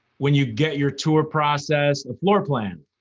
when you get your tour processed, the floor plan.